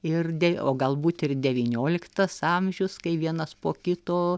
ir de o galbūt ir devynioliktas amžius kai vienas po kito